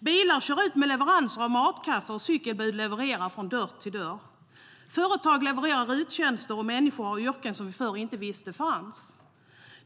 Bilar kör ut med leveranser av matkassar, och cykelbud levererar från dörr till dörr. Företag levererar RUT-tjänster, och människor har yrken som vi förr inte visste fanns.